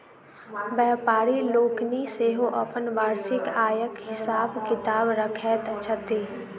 व्यापारि लोकनि सेहो अपन वार्षिक आयक हिसाब किताब रखैत छथि